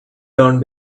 down